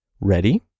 Ready